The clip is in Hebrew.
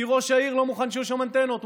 כי ראש העיר לא מוכן שיהיו שם אנטנות.